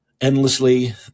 endlessly